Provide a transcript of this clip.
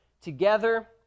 Together